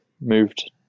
moved